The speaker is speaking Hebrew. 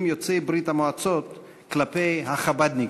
יוצאי ברית-המועצות כלפי החב"דניקים,